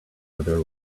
other